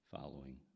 following